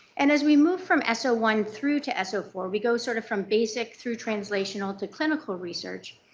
and as we move from s o one through to s o four, we go sort of from basic through translational to clinical research.